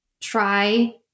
try